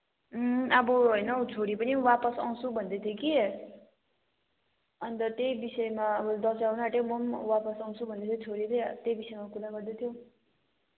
अब होइन हौ छोरी पनि वापस आउँछु भन्दै थियो कि अन्त त्यही विषयमा अब दसैँ आउन आँट्यो म पनि वापस आउँछु भन्दै थियो छोरीले त्यही विषयमा कुरा गर्दै थियौँ